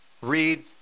Read